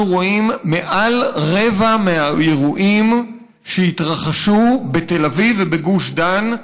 אנחנו רואים שמעל רבע מהאירועים התרחשו בתל אביב ובגוש דן,